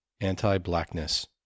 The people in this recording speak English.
anti-blackness